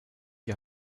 die